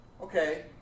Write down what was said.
Okay